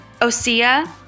Osea